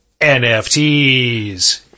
NFTs